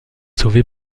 sauvée